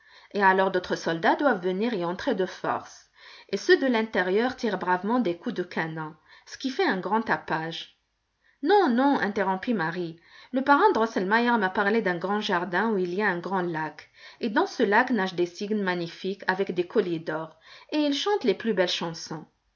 et alors d'autres soldats doivent venir y entrer de force et ceux de l'intérieur tirent bravement des coups de canon ce qui fait un grand tapage non non interrompit marie le parrain drosselmeier m'a parlé d'un grand jardin où il y a un grand lac et dans ce lac nagent des cygnes magnifiques avec des colliers d'or et ils chantent les plus belles chansons